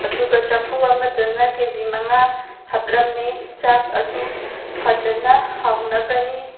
ꯑꯗꯨꯒ ꯆꯐꯨ ꯑꯃꯗꯅ ꯀꯦ ꯖꯤ ꯃꯉꯥ ꯍꯥꯞꯂꯝꯃꯤ ꯆꯥꯛ ꯑꯗꯨ ꯐꯖꯅ ꯍꯥꯎꯅꯕꯅꯤ